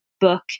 book